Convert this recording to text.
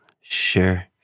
Sure